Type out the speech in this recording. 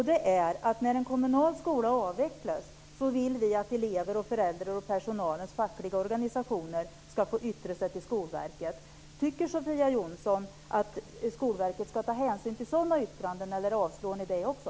Det är att när en kommunal skola avvecklas vill vi att elever, föräldrar och personalens fackliga organisationer ska få yttra sig till Skolverket. Tycker Sofia Jonsson att Skolverket ska ta hänsyn till sådana yttranden, eller avstyrker ni det också?